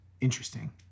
interesting